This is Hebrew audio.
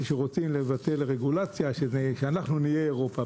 שרוצים לבטל רגולציה, שאנחנו נהיה אירופה.